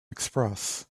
express